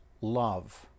love